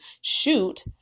shoot